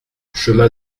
chemin